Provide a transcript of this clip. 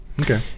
Okay